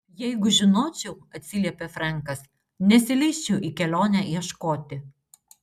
jeigu žinočiau atsiliepė frenkas nesileisčiau į kelionę ieškoti